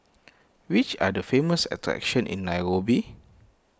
which are the famous attractions in Nairobi